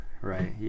right